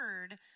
heard